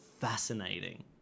fascinating